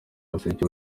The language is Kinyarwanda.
museke